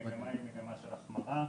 המגמה היא מגמה של החמרה.